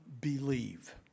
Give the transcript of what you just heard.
believe